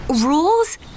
Rules